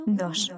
dos